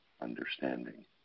understanding